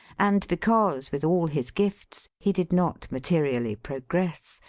and because, with all his gifts, he did not materially progress,